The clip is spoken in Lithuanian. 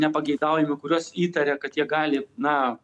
nepageidaujami kuriuos įtaria kad jie gali na